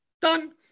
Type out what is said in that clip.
Done